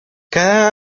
cada